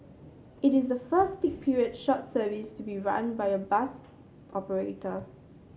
it is the first peak period short service to be run by a bus operator